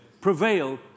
prevail